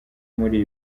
muri